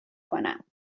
کنم